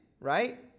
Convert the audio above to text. right